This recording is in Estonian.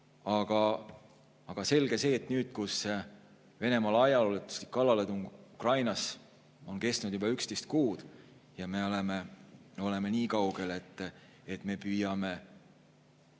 Aga selge see, et nüüd, kui Venemaa laiaulatuslik kallaletung Ukrainale on kestnud juba 11 kuud ja me oleme nii kaugel, et püüame